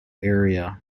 area